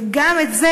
וגם את זה,